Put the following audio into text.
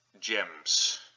gems